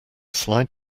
slide